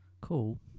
Cool